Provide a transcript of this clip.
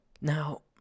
Now